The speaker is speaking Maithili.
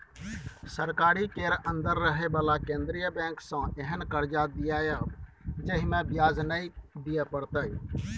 सरकारी केर अंदर रहे बला केंद्रीय बैंक सँ एहेन कर्जा दियाएब जाहिमे ब्याज नै दिए परतै